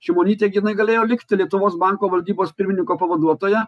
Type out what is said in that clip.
šimonytė gi jinai galėjo likti lietuvos banko valdybos pirmininko pavaduotoja